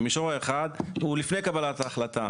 במישור האחד הוא לפני קבלת ההחלטה,